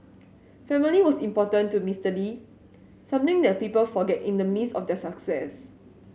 family was important to Mister Lee something that people forget in the midst of their success